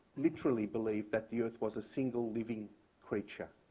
literally believed that the earth was a single living creature,